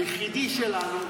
היחיד שלנו,